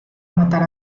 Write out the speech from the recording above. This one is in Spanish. matar